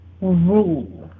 rule